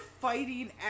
fighting